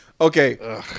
Okay